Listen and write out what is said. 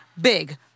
big